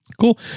Cool